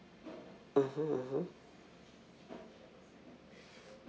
mmhmm mmhmm